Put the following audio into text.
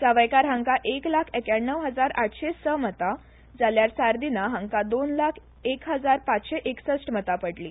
सावयकार हांका एक लाख एक्याण्णव हजार आठशे स मतां जाल्यार सार्दिना हांका दोन लाख एक हजार पाचशे एकसष्ट मतां पडली